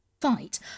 fight